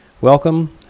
Welcome